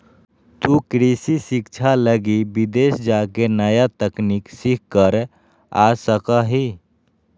तु कृषि शिक्षा लगी विदेश जाके नया तकनीक सीख कर आ सका हीं